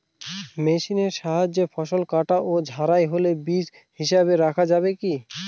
মেশিনের সাহায্যে ফসল কাটা ও ঝাড়াই হলে বীজ হিসাবে রাখা যাবে কি?